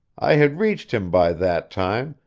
i had reached him by that time,